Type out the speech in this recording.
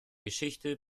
geschichte